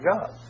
God